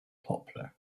poplar